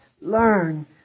learn